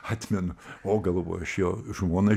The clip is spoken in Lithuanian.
atmenu o galvoju aš jau žmonai